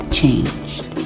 changed